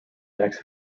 next